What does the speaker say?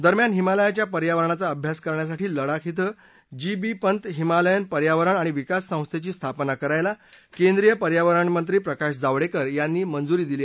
दरम्यान हिमालयाच्या पर्यावरणाचा अभ्यास करण्यासाठी लडाख इथं जी बी पंत हिमालयन पर्यावरण आणि विकास संस्थेची स्थापना करायला केंद्रीय पर्यावरणमंत्री प्रकाश जावडेकर यांनी मंजुरी दिली